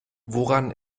woran